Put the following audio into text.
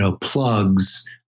plugs